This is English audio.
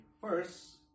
first